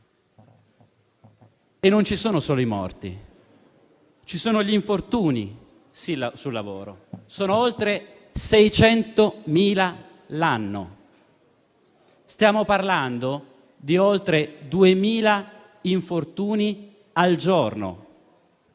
e non ci sono solo i morti, ci sono anche gli infortuni sul lavoro che sono oltre 600.000 l'anno; stiamo parlando di oltre 2.000 infortuni al giorno;